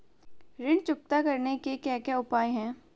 ऋण चुकता करने के क्या क्या उपाय हैं?